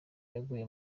yaguye